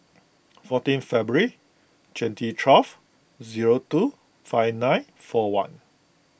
fourteen February twenty twelve zero two five nine four one